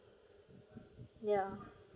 ya